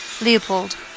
Leopold